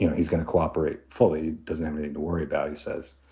you know he's going to cooperate fully. does anything to worry about, he says.